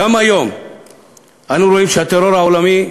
גם היום אנו רואים שהטרור העולמי